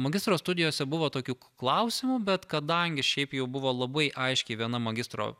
magistro studijose buvo tokių klausimų bet kadangi šiaip jau buvo labai aiškiai viena magistro